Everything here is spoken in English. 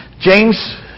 James